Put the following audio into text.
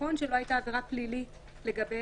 נכון שלא היתה עבירה פלילית לגביהם,